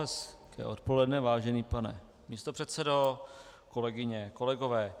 Hezké odpoledne, vážený pane místopředsedo, kolegyně, kolegové.